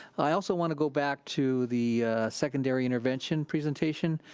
i also want to go back to the secondary intervention presentation.